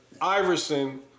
Iverson